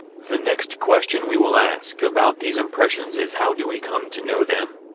the next question we will ask about these impressions is how do we come to know them?